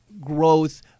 growth